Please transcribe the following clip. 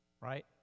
right